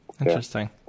Interesting